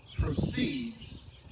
proceeds